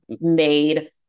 made